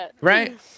right